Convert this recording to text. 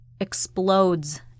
explodes